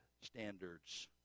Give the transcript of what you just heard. standards